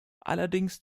allerdings